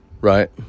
right